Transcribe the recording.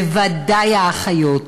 בוודאי האחיות,